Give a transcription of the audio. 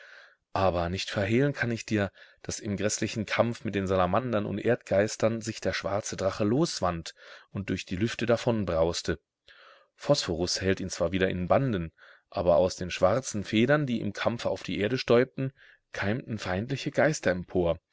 aber nicht verhehlen kann ich dir daß im gräßlichen kampf mit den salamandern und erdgeistern sich der schwarze drache loswand und durch die lüfte davonbrauste phosphorus hält ihn zwar wieder in banden aber aus den schwarzen federn die im kampfe auf die erde stäubten keimten feindliche geister empor